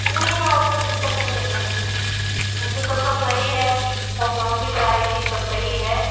नहीं वैसे तो दिक़्क़त नहीं है वैसे तो सब सही है उन सब समान भी कराई थी सब सही है